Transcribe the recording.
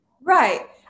Right